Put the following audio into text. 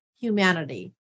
humanity